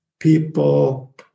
people